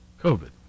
COVID